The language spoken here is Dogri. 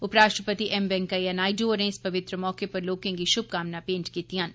उप राष्ट्रपति एम वैंकेय्या नायडू होरें इस पवित्र मौके पर लोकें गी शुभकामनां भेंट कीतियां न